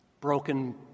Broken